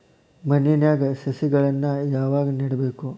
ಮಣ್ಣಿನ್ಯಾಗ್ ಸಸಿಗಳನ್ನ ಯಾವಾಗ ನೆಡಬೇಕು?